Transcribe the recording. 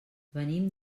venim